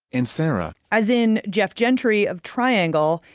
and sarah, as in, jeff gentry of triangle,